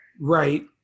Right